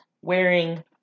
wearing